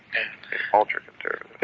it's ultra conservative.